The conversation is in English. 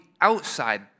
outside